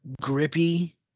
grippy